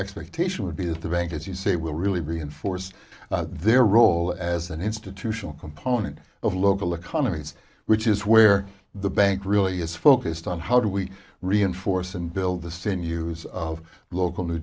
expectation would be that the bank as you say will really be enforced their role as an institutional component of local economies which is where the bank really is focused on how do we reinforce and build the sinews of local new